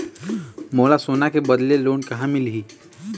मोला सोना के बदले लोन कहां मिलही?